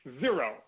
Zero